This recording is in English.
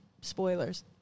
spoilers